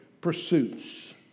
pursuits